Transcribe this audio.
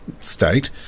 state